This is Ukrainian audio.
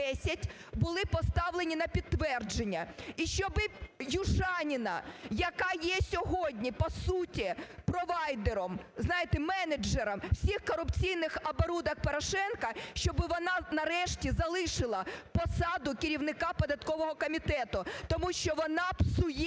були поставлені на підтвердження, і щоб Южаніна, яка є сьогодні, по суті, провайдером, знаєте, менеджером всіх корупційних оборудок Порошенка, щоб вона нарешті залишила посаду керівника податкового комітету, тому що вона псує